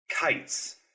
Kites